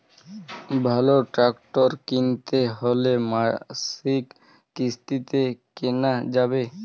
ভালো ট্রাক্টর কিনতে হলে মাসিক কিস্তিতে কেনা যাবে কি?